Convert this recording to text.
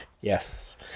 yes